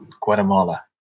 Guatemala